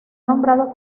nombrado